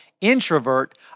introvert